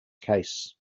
case